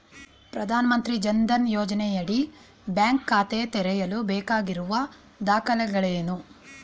ಪ್ರಧಾನಮಂತ್ರಿ ಜನ್ ಧನ್ ಯೋಜನೆಯಡಿ ಬ್ಯಾಂಕ್ ಖಾತೆ ತೆರೆಯಲು ಬೇಕಾಗಿರುವ ದಾಖಲೆಗಳೇನು?